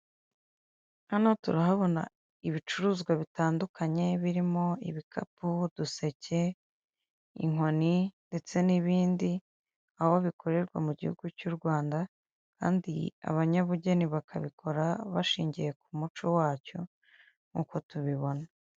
Hano turahabona ibicuruzwa bitandukanye birimo ibikapu ,uduseke inkoni ndetse n'ibindi aho bikorerwa mu gihugu cy'u Rwanda kandi abanyabugeni bakabikora bashingiye ku muco wacyo nk'uko tubibona .